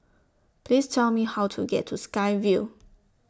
Please Tell Me How to get to Sky Vue